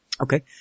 Okay